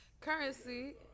currency